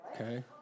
okay